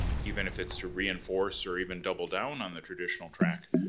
even if it's to reinforce or even double down on the traditional track,